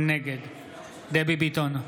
נגד דבי ביטון,